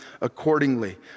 accordingly